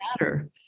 matter